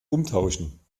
umtauschen